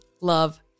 love